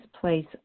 place